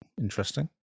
interesting